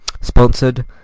sponsored